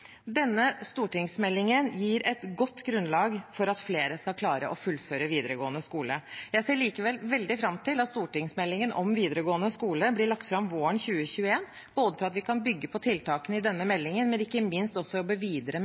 Denne stortingsmeldingen gir et godt grunnlag for at flere skal klare å fullføre videregående skole. Jeg ser likevel veldig fram til at stortingsmeldingen om videregående skole blir lagt fram våren 2021, både fordi vi kan bygge på tiltakene i denne meldingen og – ikke minst – fordi vi kan jobbe videre